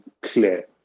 clear